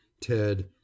ted